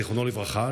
זיכרונו לברכה,